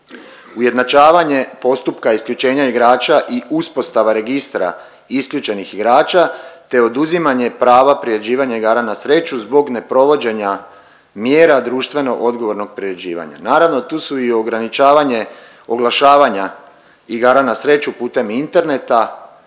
ujednačavanje postupka isključenja igrača i uspostava Registra isključenih igrača, te oduzimanje prava priređivanja igara na sreću zbog neprovođenja mjera društveno odgovornog priređivanja. Naravno tu su i ograničavanje oglašavanja igara na sreću putem interneta